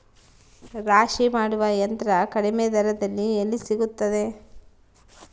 ರಾಶಿ ಮಾಡುವ ಯಂತ್ರ ಕಡಿಮೆ ದರದಲ್ಲಿ ಎಲ್ಲಿ ಸಿಗುತ್ತದೆ?